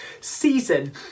season